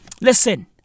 listen